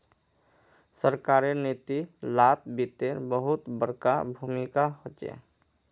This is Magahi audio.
सरकारेर नीती लात वित्तेर बहुत बडका भूमीका होचे